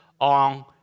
on